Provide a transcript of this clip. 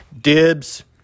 Dibs